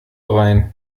rein